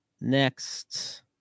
Next